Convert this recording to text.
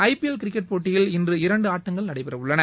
ஐ P L cricket போட்டியில் இன்று இரண்டு ஆட்டங்கள் நடைபெறவுள்ளன